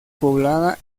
poblada